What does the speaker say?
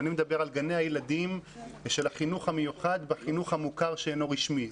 אני מדבר על גני הילדים של החינוך המיוחד בחינוך המוכר שאינו רשמי.